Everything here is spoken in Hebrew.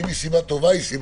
וזו סיבה רעה.